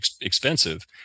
expensive